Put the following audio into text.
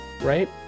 right